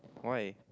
why